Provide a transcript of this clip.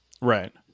Right